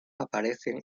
aparecen